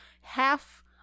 half